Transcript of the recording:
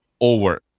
over